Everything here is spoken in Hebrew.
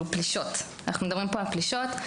אנחנו מדברים פה על פלישות.